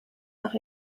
nach